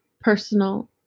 personal